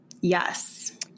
Yes